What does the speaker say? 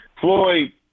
Floyd